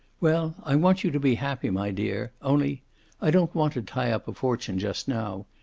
well, i want you to be happy, my dear. only i don't want to tie up a fortune just now.